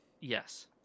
Yes